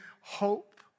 hope